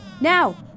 now